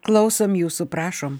klausom jūsų prašom